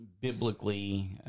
biblically